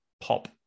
pop